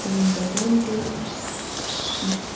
हुन्छ thank you हुन्छ